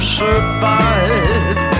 survive